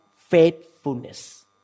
faithfulness